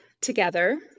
together